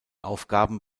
aufgaben